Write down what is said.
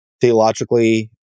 theologically